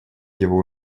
его